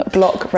Block